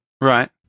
Right